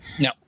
No